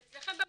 זה אצלכם במגרש.